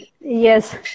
yes